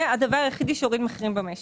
זה הדבר היחיד שיוריד מחירים במשק.